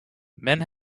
men